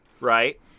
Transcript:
right